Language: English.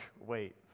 wait